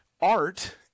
art